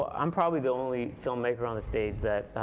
ah i'm probably the only filmmaker on the stage that,